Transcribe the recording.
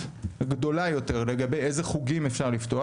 גדולה יותר לגבי איזה חוגים אפשר לפתוח.